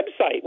website